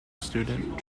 student